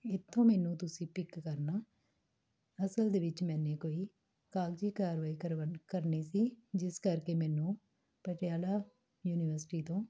ਇੱਥੋਂ ਮੈਨੂੰ ਤੁਸੀਂ ਪਿੱਕ ਕਰਨਾ ਅਸਲ ਦੇ ਵਿੱਚ ਮੈਨੇ ਕੋਈ ਕਾਗਜ਼ੀ ਕਾਰਵਾਈ ਕਾਰਵਾਨ ਕਰਨੀ ਸੀ ਜਿਸ ਕਰਕੇ ਮੈਨੂੰ ਪਟਿਆਲਾ ਯੂਨੀਵਰਸਿਟੀ ਤੋਂ